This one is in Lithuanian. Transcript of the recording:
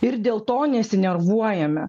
ir dėl to nesinervuojame